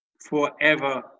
forever